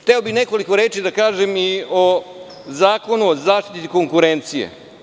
Hteo bih nekoliko reči da kažem o Zakonu o zaštiti konkurencije.